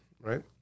right